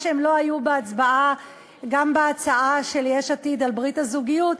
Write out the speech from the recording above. ומכיוון שהם לא היו בהצבעה על ההצעה של יש עתיד על ברית הזוגיות,